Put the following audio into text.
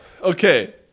okay